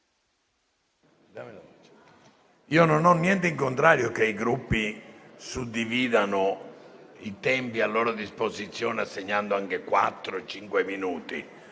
Io non ho niente in contrario che i Gruppi suddividano i tempi a loro disposizione, assegnando a ciascun